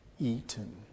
eaten